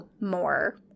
more